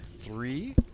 three